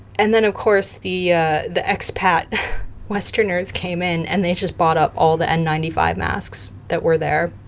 and then, of course, the ah the expat westerners came in, and they just bought up all the n nine five masks that were there.